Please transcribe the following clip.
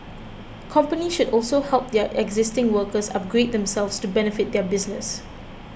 companies should also help their existing workers upgrade themselves to benefit their business